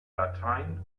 latein